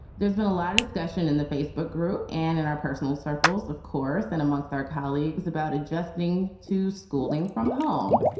there's been a lot of discussion in the facebook group and in our personal circles, of course, and amongst our colleagues about adjusting to schooling from home.